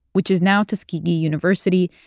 which is now tuskegee university,